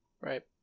right